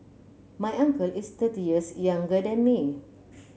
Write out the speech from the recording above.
my uncle is thirty years younger than me